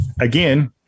again